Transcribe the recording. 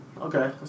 Okay